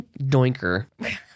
Doinker